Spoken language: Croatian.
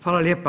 Hvala lijepa.